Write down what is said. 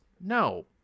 No